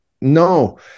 no